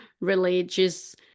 religious